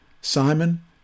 Simon